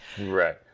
Right